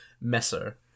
Messer